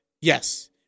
Yes